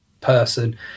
person